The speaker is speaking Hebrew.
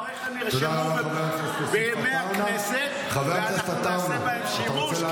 דבריך נרשמו בדברי ימי הכנסת ואנחנו נעשה בהם שימוש,